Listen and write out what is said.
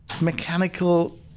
mechanical